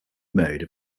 mode